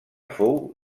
fou